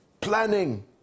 planning